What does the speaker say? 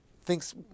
thinks